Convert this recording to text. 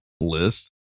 list